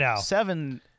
seven